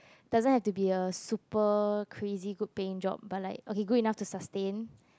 doesn't have to be a super crazy good paying job but like okay good enough to sustain